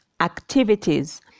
activities